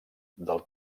del